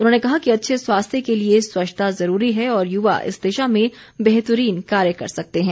उन्होंने कहा कि अच्छे स्वास्थ्य के लिए स्वच्छता ज़रूरी है और युवा इस दिशा में बेहतरीन कार्य कर सकते हैं